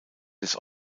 des